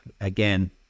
again